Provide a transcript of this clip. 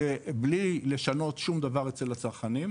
בלי לשנות שום דבר אצל הצרכנים,